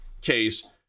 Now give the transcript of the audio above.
case